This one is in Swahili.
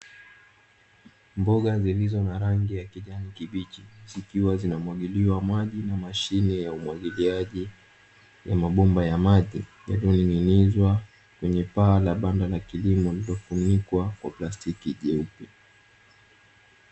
Mboga zilizo na rangi ya kijani kibichi, zikiwa zinamwagiliwa maji na mashine ya umwagiliaji, ya mabomba ya maji yalioning'inizwa kwenye paa la banda la kilimo lililofunikwa kwa plastiki jeupe.